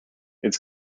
its